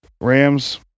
rams